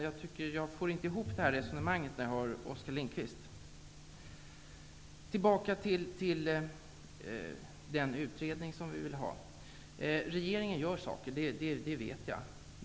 Jag får inte ihop det här resonemanget när jag lyssnar på Oskar Tillbaka till den utredning som vi vill ha. Regeringen handlar, det vet jag.